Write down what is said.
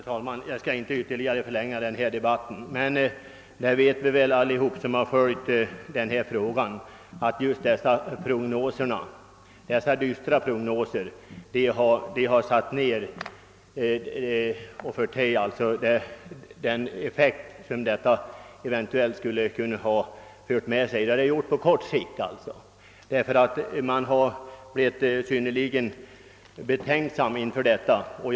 Herr talman! Jag vill inte ytterligare förlänga denna debatt. Alla som följt dessa frågor vet emellertid att de dystra prognoserna åtminstone på kort sikt har förtagit den effekt som verksamheten eventuellt skulle ha kunnat ge. Folk har blivit synnerligen betänksamma med anledning av dessa prognoser.